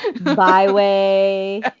Byway